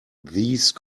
these